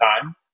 time